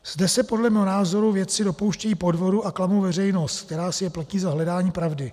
Zde se podle mého názoru vědci dopouštějí podvodu a klamou veřejnost, která si je platí za hledání pravdy.